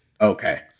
Okay